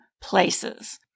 places